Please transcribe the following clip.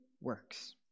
works